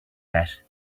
that